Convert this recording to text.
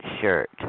shirt